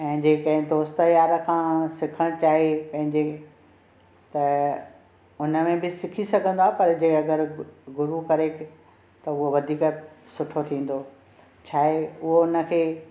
ऐं जंहिं कंहिं दोस्त यार खां सिखण चाहे त पंहिंजे त उन में बि सिखी सघंदो आहे पर जें अगरि गुरू करे त हुअ वधीक सुठो थींदो छा आहे उहो हुन खे